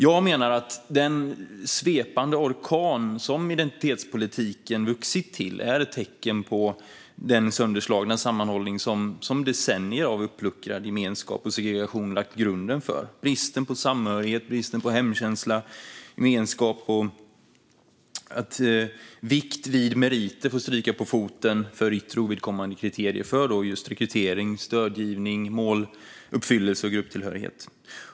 Jag menar att den svepande orkan som identitetspolitiken vuxit till är ett tecken på den sönderslagna sammanhållning som decennier av uppluckrad gemenskap och segregation lagt grunden för. Bristen på samhörighet, hemkänsla och gemenskap gör att meriter får stryka på foten för ovidkommande yttre kriterier för rekrytering, stödgivning, måluppfyllelse och grupptillhörighet.